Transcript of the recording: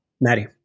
Maddie